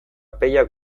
pellak